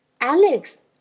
Alex